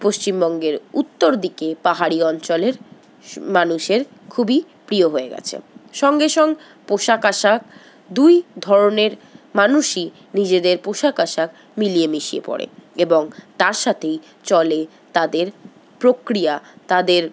পশ্চিমবঙ্গের উত্তর দিকে পাহাড়ি অঞ্চলের মানুষের খুবই প্রিয় হয়ে গেছে সঙ্গে সঙ্গে পোশাক আশাক দুই ধরনের মানুষই নিজেদের পোশাক আশাক মিলিয়ে মিশিয়ে পরে এবং তার সাথেই চলে তাদের প্রক্রিয়া তাদের